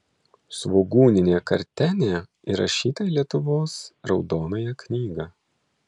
svogūninė kartenė įrašyta į lietuvos raudonąją knygą